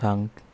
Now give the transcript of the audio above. सथांग